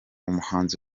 umuhanzi